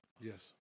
yes